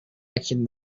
directions